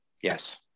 yes